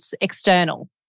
external